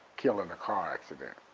killed in a car accident.